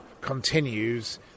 continues